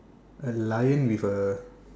a lion with a